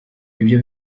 ibyo